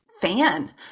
fan